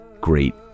great